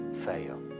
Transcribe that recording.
fail